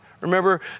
Remember